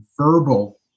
verbal